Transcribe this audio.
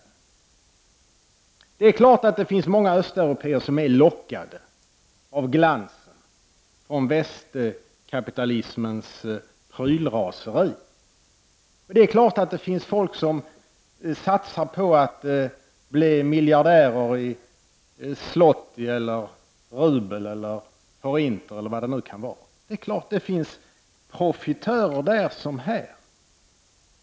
Det är klart att det finns många östeuropéer som är lockade av glansen från västkapitalismens prylraseri. Det är klart att det finns människor som satsar på att bli miljardärer i stoty, rubel eller forint, eller vad det nu kan vara. Det är klart att det finns profitörer där som här.